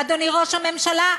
אדוני ראש הממשלה?